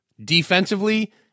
defensively